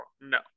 No